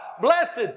blessed